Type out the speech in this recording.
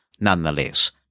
nonetheless